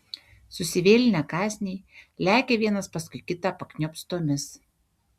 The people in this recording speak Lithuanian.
susivėlinę kąsniai lekia vienas paskui kitą pakniopstomis